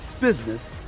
business